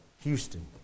Houston